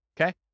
Okay